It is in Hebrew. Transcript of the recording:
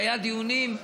שהיו דיונים,